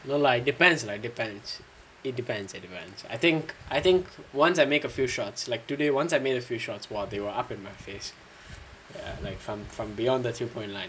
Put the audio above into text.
no lah depends lah it depends it depends it depends I think I think once I make a few shots like today once I made a few shots while they were up in my face and then ya from from beyond the same point like